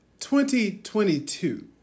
2022